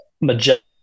majestic